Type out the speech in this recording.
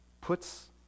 puts